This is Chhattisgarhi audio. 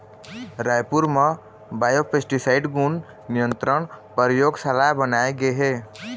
रायपुर म बायोपेस्टिसाइड गुन नियंत्रन परयोगसाला बनाए गे हे